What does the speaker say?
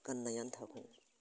गाननाय आनथाखौ